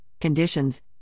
conditions